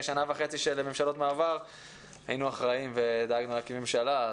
שנה וחצי של ממשלות מעבר היינו אחראים ודאגנו להקים ממשלה,